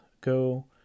go